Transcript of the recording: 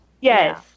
Yes